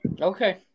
Okay